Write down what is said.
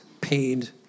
paid